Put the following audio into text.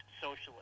socialist